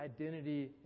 identity